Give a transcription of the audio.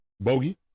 Bogey